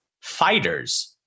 fighters